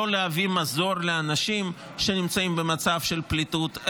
לא להביא מזור לאנשים שנמצאים במצב של פליטות,